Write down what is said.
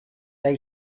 they